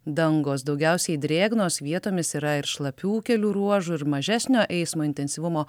dangos daugiausiai drėgnos vietomis yra ir šlapių kelių ruožų ir mažesnio eismo intensyvumo